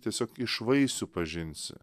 tiesiog iš vaisių pažinsi